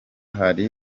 hari